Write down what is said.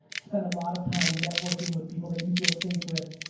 spend a lot of time networking with people that you feel safe with.